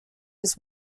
his